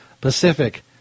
Pacific